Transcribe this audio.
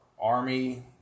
army